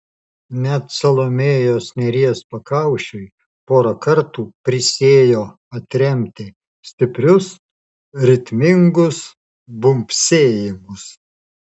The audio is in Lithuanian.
net salomėjos nėries pakaušiui porą kartų prisiėjo atremti stiprius ritmingus bumbsėjimus